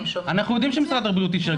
אותי --- אנחנו יודעים שמשרד הבריאות אישר.